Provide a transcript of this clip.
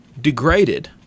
degraded